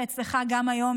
שאצלך גם היום,